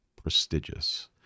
prestigious